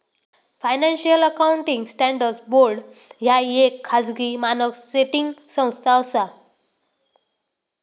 financial accounting standards board ह्या येक खाजगी मानक सेटिंग संस्था असा